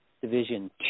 Division